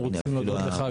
אנחנו רוצים להודות לך.